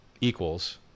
equals